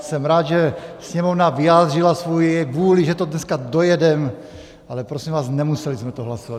Jsem rád, že Sněmovna vyjádřila svoji vůli, že to dneska dojedeme, ale prosím vás, nemuseli jsme to hlasovat.